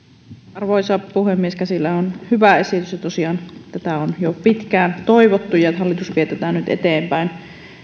arvoisa puhemies käsillä on hyvä esitys ja tosiaan tätä on jo pitkään toivottu ja hallitus vie tätä nyt eteenpäin